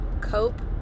cope